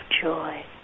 joy